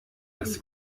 das